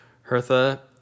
Hertha